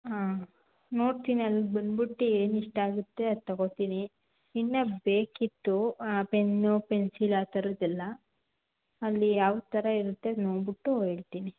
ಹಾಂ ನೋಡ್ತೀನಿ ಅಲ್ಲಿ ಬಂದ್ಬಿಟ್ಟು ಏನು ಇಷ್ಟಾಗುತ್ತೆ ಅದು ತಗೋತೀನಿ ಇನ್ನೂ ಬೇಕಿತ್ತು ಪೆನ್ನು ಪೆನ್ಸಿಲ್ ಆ ಥರದೆಲ್ಲ ಅಲ್ಲಿ ಯಾವ ಥರ ಇರುತ್ತೆ ನೋಡ್ಬಿಟ್ಟು ಹೇಳ್ತಿನಿ